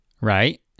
right